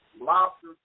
lobster